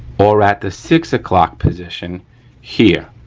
or at the six o'clock position here,